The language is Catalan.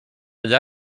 allà